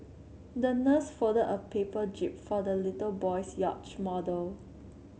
the nurse folded a paper jib for the little boy's yacht model